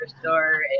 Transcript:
store